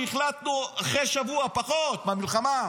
שהחלטנו אחרי שבוע או פחות מהמלחמה,